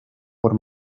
por